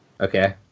Okay